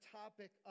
topic